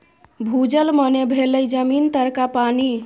भूजल मने भेलै जमीन तरका पानि